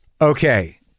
Okay